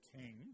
King